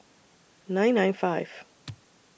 nine nine five